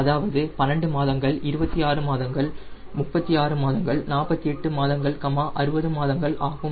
அதாவது 12 மாதங்கள் 24 மாதங்கள் 36 மாதங்கள் 48 மாதங்கள் 60 மாதங்கள் ஆகும்